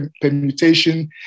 permutation